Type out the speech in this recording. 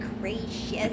gracious